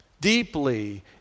deeply